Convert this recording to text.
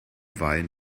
wein